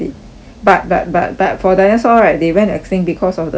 but but but but for dinosaur right they went extinct because of the asteroid